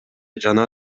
жана